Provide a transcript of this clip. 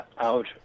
out